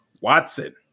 Watson